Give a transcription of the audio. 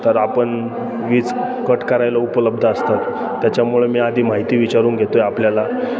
तर आपण वीज कट करायला उपलब्ध असतात त्याच्यामुळे मी आधी माहिती विचारून घेतो आहे आपल्याला